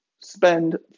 spend